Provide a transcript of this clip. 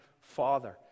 father